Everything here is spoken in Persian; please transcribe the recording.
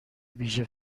ویژه